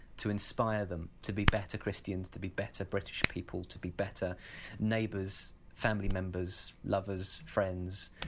to inspire them to be better christians, to be better british people, to be better neighbours, family members, lovers, friends,